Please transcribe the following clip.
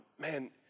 man